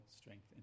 strength